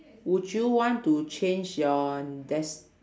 would you want to change your des~